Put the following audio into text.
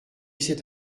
cet